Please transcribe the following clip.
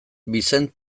vicent